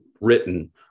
written